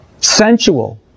sensual